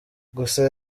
gusa